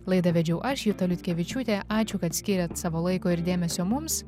laidą vedžiau aš juta liutkevičiūtė ačiū kad skyrėt savo laiko ir dėmesio mums